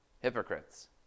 hypocrites